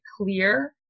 clear